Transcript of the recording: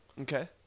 Okay